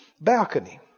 balcony